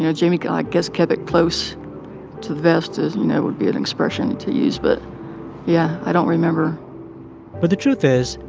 you know jamie, i guess, kept it close to the vest and you know would be an expression to use. but yeah, i don't remember but the truth is,